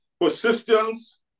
Persistence